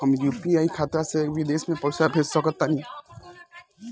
हम यू.पी.आई खाता से विदेश म पइसा भेज सक तानि?